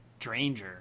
Dranger